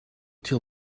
till